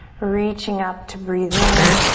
reaching up to breathe in.